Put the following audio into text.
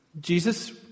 Jesus